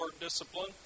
discipline